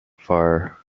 far